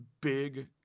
big